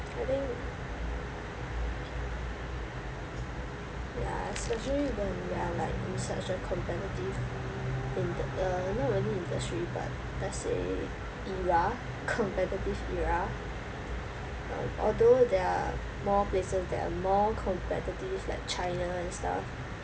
I think yeah especially where we are like in such a competitive in~ uh not really industry but let's say era competitive era uh although there are more places that are more competitive like china and stuff